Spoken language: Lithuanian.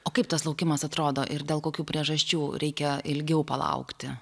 o kaip tas laukimas atrodo ir dėl kokių priežasčių reikia ilgiau palaukti